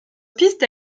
piste